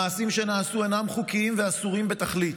המעשים שנעשו אינם חוקיים ואסורים בתכלית,